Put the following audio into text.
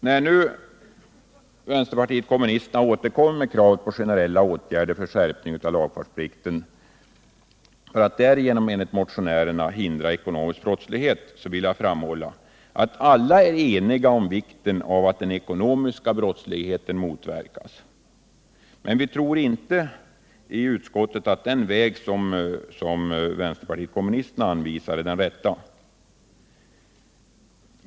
När nu vänsterpartiet kommunisterna återkommer med kravet på generella åtgärder för skärpning av lagfartsplikten för att därigenom enligt motionärerna hindra ekonomisk brottslighet, vill jag framhålla att alla är eniga om vikten av att den ekonomiska brottsligheten motverkas. Men vi tror inte att den väg vänsterpartiet kommunisterna anvisar är den rätta.